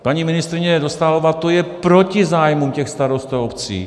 Paní ministryně Dostálová, to je proti zájmům těch starostů a obcí.